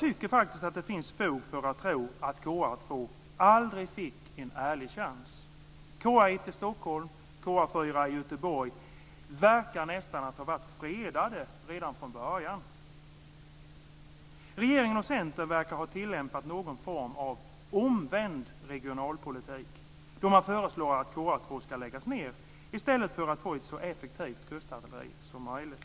Det finns fog för att tro att KA 2 aldrig fick en ärlig chans. KA 1 i Stockholm och KA 4 i Göteborg verkar nästan ha varit fredade redan från början. Regeringen och Centern verkar ha tillämpat någon form av omvänd regionalpolitik då man föreslår att KA 2 ska läggas ned i stället för att få ett så effektivt kustartilleri som möjligt.